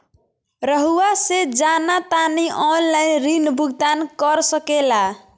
रहुआ से जाना तानी ऑनलाइन ऋण भुगतान कर सके ला?